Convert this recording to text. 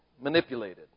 Manipulated